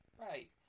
Right